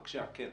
בבקשה, כן.